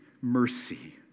mercy